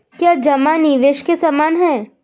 क्या जमा निवेश के समान है?